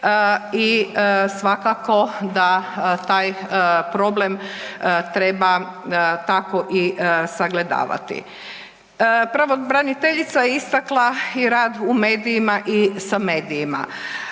I svakako da taj problem treba tako i sagledavati. Pravobraniteljica je istakla i rad u medijima i sa medijima.